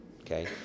Okay